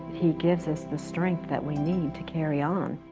he gives us the strength that we need to carry on.